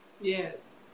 Yes